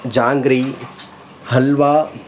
jangiri halwa